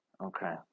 Okay